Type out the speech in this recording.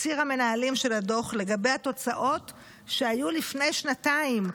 בתקציר המנהלים של הדוח לגבי התוצאות שהיו לפני שנתיים,